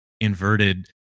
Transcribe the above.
inverted